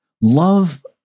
love